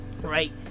Right